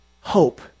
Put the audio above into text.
hope